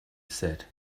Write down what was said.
said